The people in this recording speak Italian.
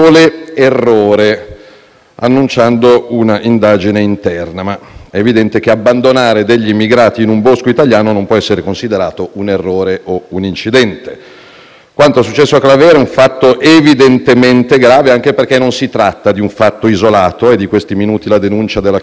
annunciando una indagine interna, ma è evidente che abbandonare immigrati in un bosco italiano non può essere considerato un errore o un incidente. Quanto successo a Claviere è un fatto evidentemente grave, anche perché non si tratta di un fatto isolato: è di questi minuti la denuncia della Croce Rossa di Ventimiglia